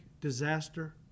Disaster